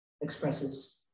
expresses